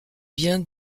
bien